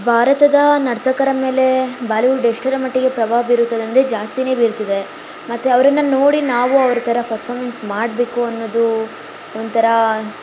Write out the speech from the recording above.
ಭಾರತದ ನರ್ತಕರ ಮೇಲೆ ಬಾಲಿವುಡ್ ಎಷ್ಟರ ಮಟ್ಟಿಗೆ ಪ್ರಭಾವ ಬೀರುತ್ತದೆ ಅಂದರೆ ಜಾಸ್ತಿ ಬೀರ್ತಿದೆ ಮತ್ತು ಅವ್ರನ್ನು ನೋಡಿ ನಾವು ಅವ್ರ ಥರ ಫರ್ಫಾರ್ಮೆನ್ಸ್ ಮಾಡಬೇಕು ಅನ್ನೋದು ಒಂತರಾ